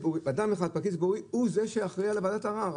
פקיד ציבורי, הוא זה שיכריע לוועדת הערר.